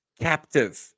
captive